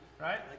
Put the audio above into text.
right